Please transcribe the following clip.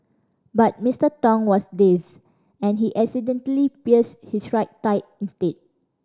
but Mister Tong was dazed and he accidentally pierced his right thigh instead